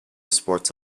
sports